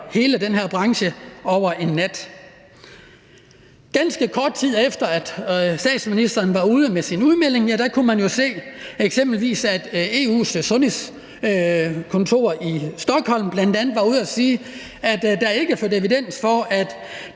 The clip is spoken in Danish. hele den her branche over en nat. Kl. 15:09 Ganske kort tid efter at statsministeren kom med sin udmelding, kunne man eksempelvis se, at EU's sundhedskontor i Stockholm bl.a. var ude at sige, at der ikke var evidens for, at